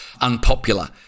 unpopular